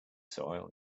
soil